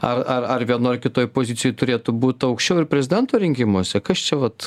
ar ar vienoj kitoj pozicijoj turėtų būt aukščiau ir prezidento rinkimuose kas čia vat